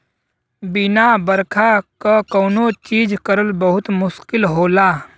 बिना बरखा क कौनो चीज करल बहुत मुस्किल होला